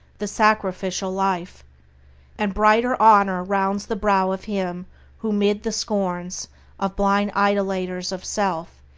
the sacrificial life and brighter honor rounds the brow of him who, mid the scorns of blind idolaters of self,